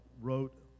wrote